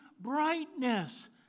brightness